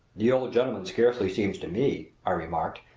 the old gentleman scarcely seems to me, i remarked,